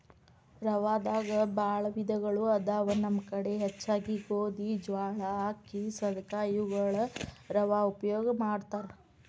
ರವಾದಾಗ ಬಾಳ ವಿಧಗಳು ಅದಾವ ನಮ್ಮ ಕಡೆ ಹೆಚ್ಚಾಗಿ ಗೋಧಿ, ಜ್ವಾಳಾ, ಅಕ್ಕಿ, ಸದಕಾ ಇವುಗಳ ರವಾ ಉಪಯೋಗ ಮಾಡತಾರ